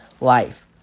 life